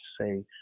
say